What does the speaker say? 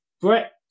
Brett